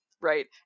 right